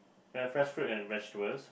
uh fresh fruit and vegetables